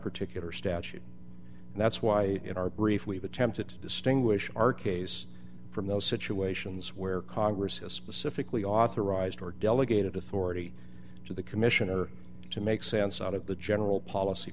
particular statute and that's why in our brief we've attempted to distinguish our case from those situations where congress has specifically authorized or delegated authority to the commission or to make sense out of the general policy